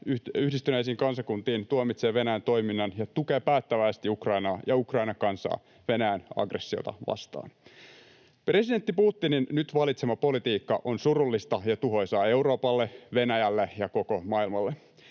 Yhdistyneisiin kansakuntiin tuomitsee Venäjän toiminnan ja tukee päättäväisesti Ukrainaa ja Ukrainan kansaa Venäjän aggressiota vastaan. Presidentti Putinin nyt valitsema politiikka on surullista ja tuhoisaa Euroopalle, Venäjälle ja koko maailmalle.